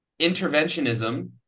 interventionism